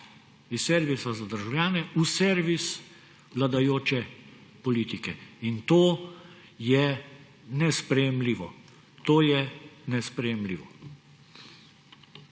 iz servisa za državljane v servis vladajoče politike. In to je nesprejemljivo. To je nesprejemljivo.